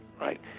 right